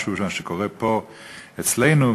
משהו שקורה פה אצלנו,